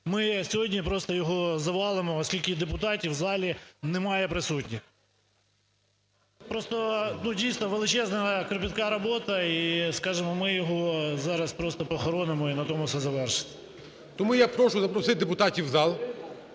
ми сьогодні просто його завалимо, оскільки депутатів в залі немає присутніх. Просто, ну, дійсно, величезна, кропітка робота, і, скажемо, ми йог зараз просто похоронимо - і на тому все завершиться. ГОЛОВУЮЧИЙ. Тому я прошу запросити депутатів в зал